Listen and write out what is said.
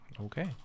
okay